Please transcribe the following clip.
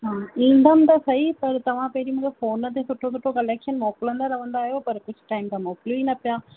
ईंदमि त सहीं पर तव्हां पहिरीं मूंखे फ़ोन ते सुठो सुठो कलेक्शन मोकिलींदा रहंदा आहियो पर कुझु टाइम खां मोकिलियो न पिया